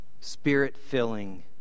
spirit-filling